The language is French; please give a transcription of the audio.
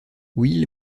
will